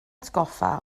atgoffa